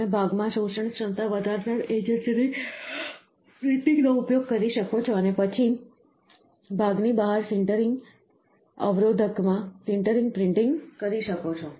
તમે ભાગમાં શોષણક્ષમતા વધારનાર એજન્ટની પ્રિન્ટિંગનો ઉપયોગ કરી શકો છો અને પછી ભાગ ની બહાર સિન્ટરિંગ અવરોધકમાં સિન્ટરિંગ પ્રિન્ટિંગ કરી શકો છો